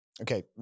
Okay